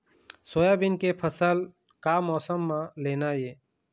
Soybean के फसल का मौसम म लेना ये?